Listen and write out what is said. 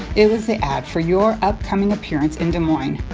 it was an ad for your upcoming appearance in des moines.